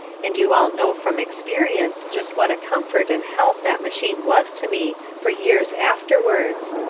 and you all know from experience just what a comfort and help that machine was to me for years afterwards.